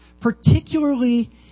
particularly